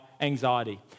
anxiety